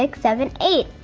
like seven, eight.